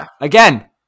again